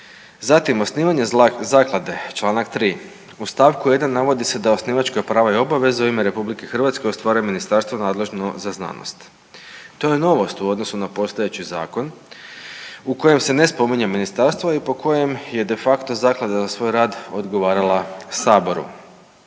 Zatim, osnivanje zaklade čl. 3. u st. 1. navodi se da osnivačka prava i obaveze u ime RH ostvaruje ministarstvo nadležno za znanost. To je novost u odnosu na postojeći zakon u kojem se ne spominje ministarstvo i po kojem je de facto zaklada za svoj rad odgovarala saboru.